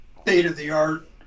state-of-the-art